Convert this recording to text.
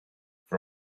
for